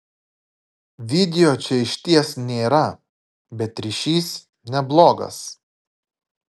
video čia išties nėra bet ryšys neblogas